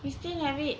we still have it